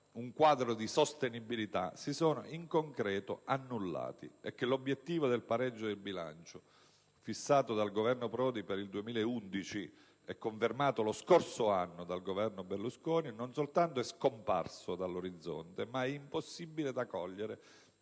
un quadro di sostenibilità si sono in concreto annullati, e che l'obiettivo del pareggio del bilancio, fissato dal Governo Prodi per il 2011 e confermato lo scorso anno dal Governo Berlusconi, non soltanto è scomparso dall'orizzonte ma è impossibile da cogliere